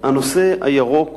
הנושא הירוק